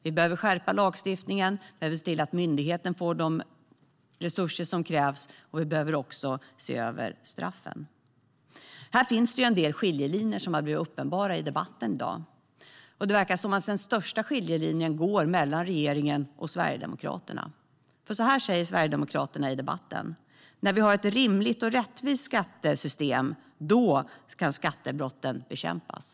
Vi behöver skärpa lagstiftningen och se till att myndigheter får de resurser som krävs, och vi behöver också se över straffen. Här finns en del skiljelinjer som har blivit uppenbara i debatten i dag. Det verkar som att den största skiljelinjen går mellan regeringen och Sverigedemokraterna. Så här säger Sverigedemokraterna i debatten: När det finns ett rimligt och rättvist skattesystem - då ska skattebrotten bekämpas.